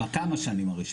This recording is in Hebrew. בכמה שנים ראשונות.